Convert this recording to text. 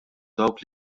dawk